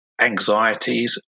anxieties